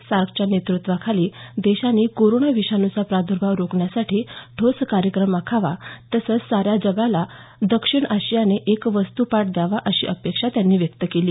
सार्कच्या नेतृत्त्वाखाली देशांनी कोरोना विषाणूचा प्रादुर्भाव रोखण्यासाठी ठोस कार्यक्रम आखावा तसंच साऱ्या जगाला दक्षिण आशियाने एक वस्तुपाठ द्यावा अशी अपेक्षा त्यांनी व्यक्त केली